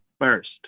first